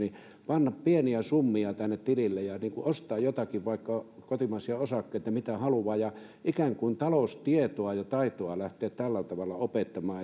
panna pieniä summia tälle tilille ja ostaa jotakin vaikka kotimaisia osakkeita tai mitä haluaa ja ikään kuin taloustietoa ja taitoa lähteä tällä tavalla opettamaan